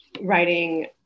writing